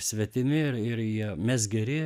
svetimi ir ir jie mes geri